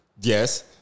Yes